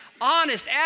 honest